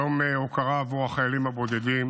יום הוקרה עבור החיילים הבודדים